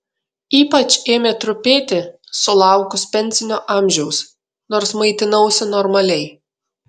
ypač ėmė trupėti sulaukus pensinio amžiaus nors maitinausi normaliai